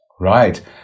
Right